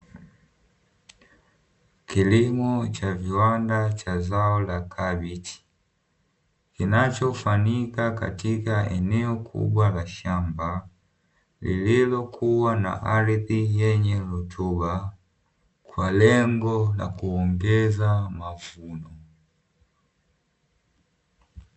Kilimo cha viwanda cha zao la kabichi, kinachofanyika katika eneo kubwa la shamba, lililokua na ardhi yenye rutuba kwa lengo la kuongeza mavuno.